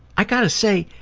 i've gotta say,